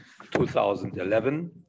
2011